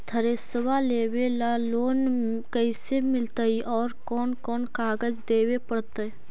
Thresher लेबे ल loan कैसे मिलतइ और कोन कोन कागज देबे पड़तै?